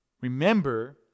Remember